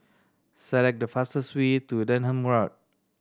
select the fastest way to Denham Road